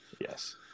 Yes